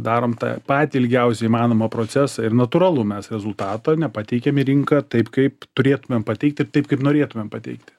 darom tą patį ilgiausią įmanomą procesą ir natūralu mes rezultato nepateikiam į rinką taip kaip turėtumėm pateikti ir taip kaip norėtumėm pateikti